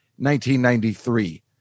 1993